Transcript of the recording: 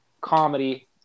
comedy